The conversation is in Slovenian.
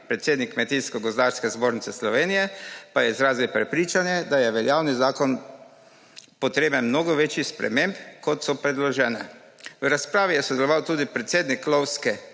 Predsednik Kmetijsko gozdarske zbornice Slovenije pa je izrazil prepričanje, da je veljavni zakon potreben mnogo večjih sprememb, kot so predložene. V razpravi je sodeloval tudi predsednik Lovske